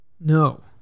No